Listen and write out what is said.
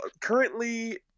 currently